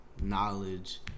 knowledge